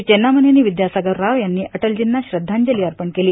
चेन्नामनेनी विद्यासागर राव यांनी अटलर्जींना श्रद्धांजली अर्पण केली